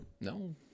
No